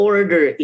Order